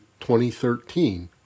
2013